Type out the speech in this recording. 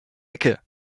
ecke